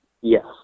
Yes